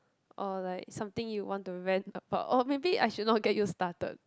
or like something you want to rant about or maybe I should not get you started